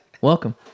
welcome